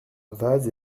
vase